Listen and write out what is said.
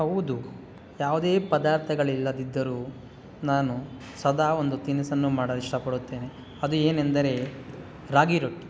ಹೌದು ಯಾವುದೇ ಪದಾರ್ಥಗಳಿಲ್ಲದಿದ್ದರೂ ನಾನು ಸದಾ ಒಂದು ತಿನಿಸನ್ನು ಮಾಡಲು ಇಷ್ಟಪಡುತ್ತೇನೆ ಅದು ಏನೆಂದರೆ ರಾಗಿ ರೊಟ್ಟಿ